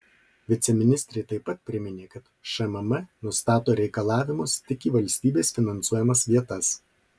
viceministrė taip pat priminė kad šmm nustato reikalavimus tik į valstybės finansuojamas vietas